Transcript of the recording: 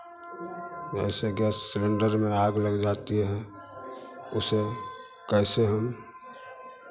जैसे gas cylinder में आग लग जाती हैं उसे कैसे हम